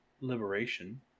liberation